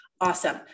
Awesome